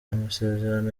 amasezerano